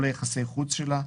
או ליחסי החוץ שלה,